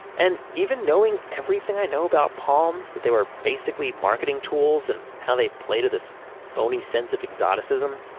and even knowing everything i know about palms that they were basically marketing tools. and how they played at this phony sense of exoticism,